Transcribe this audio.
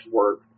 work